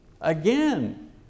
Again